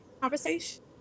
Conversation